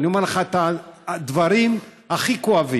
אני אומר לך את הדברים הכי כואבים.